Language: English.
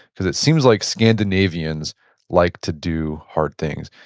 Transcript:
because it seems like scandinavians like to do hard things.